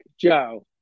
Joe